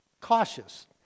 cautious